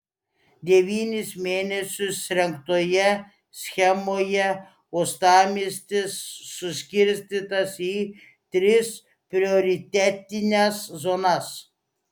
devynis mėnesius rengtoje schemoje uostamiestis suskirstytas į tris prioritetines zonas